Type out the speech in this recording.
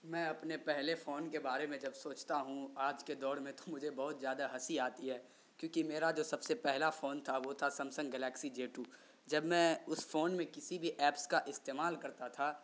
میں اپنے پہلے فون کے بارے میں جب سوچتا ہوں آج کے دور میں تو مجھے بہت زیادہ ہنسی آتی ہے کیونکہ میرا جو سب سے پہلا فون تھا وہ تھا سمسنگ گلیکسی جے ٹو جب میں اس فون میں کسی بھی ایپس کا استعمال کرتا تھا